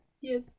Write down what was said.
Yes